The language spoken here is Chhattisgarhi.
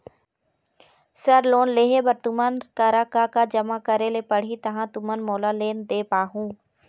सर लोन लेहे बर तुमन करा का का जमा करें ला पड़ही तहाँ तुमन मोला लोन दे पाहुं?